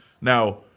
Now